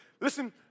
Listen